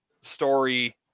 story